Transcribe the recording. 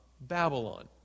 Babylon